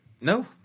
No